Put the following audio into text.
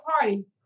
party